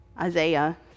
Isaiah